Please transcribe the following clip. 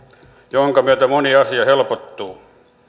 jonka myötä moni asia helpottuu